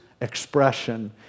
expression